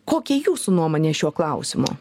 kokia jūsų nuomonė šiuo klausimu